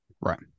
Right